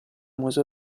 museo